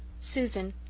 susan,